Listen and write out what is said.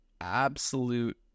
absolute